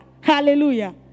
hallelujah